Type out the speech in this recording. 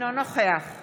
רוצה להודות שוב לרם שפע,